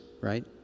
right